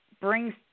brings